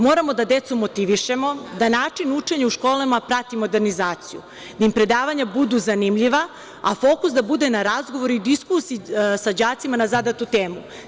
Moramo da decu motivišemo, da način učenja u školama prati modernizaciju, da im predavanja budu zanimljiva, a fokus da bude na razgovoru i diskusiji sa đacima na zadatu temu.